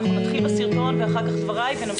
נתחיל בסרטון ואחר כך דבריי ונמשיך משם.